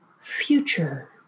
future